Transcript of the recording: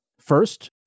First